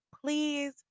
please